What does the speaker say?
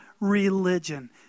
religion